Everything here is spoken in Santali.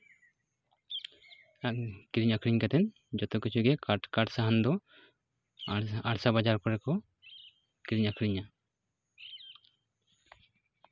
ᱠᱤᱨᱤᱧ ᱟ ᱠᱷᱨᱤᱧ ᱠᱟᱛᱮᱫ ᱡᱚᱛᱚ ᱠᱤᱪᱷᱩ ᱜᱮ ᱠᱟᱴ ᱠᱟᱴ ᱥᱟᱦᱟᱱ ᱫᱚ ᱟᱲᱥᱟ ᱵᱟᱡᱟᱨ ᱠᱚᱨᱮ ᱠᱚ ᱠᱤᱨᱤᱧ ᱟᱹᱠᱷᱨᱤᱧᱟ